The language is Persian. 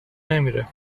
نمیره